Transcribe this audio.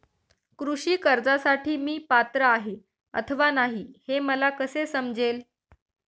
कृषी कर्जासाठी मी पात्र आहे अथवा नाही, हे मला कसे समजेल?